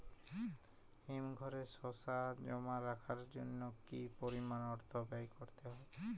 হিমঘরে শসা জমা রাখার জন্য কি পরিমাণ অর্থ ব্যয় করতে হয়?